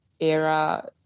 era